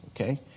okay